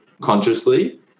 consciously